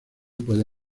puede